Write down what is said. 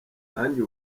nkanjye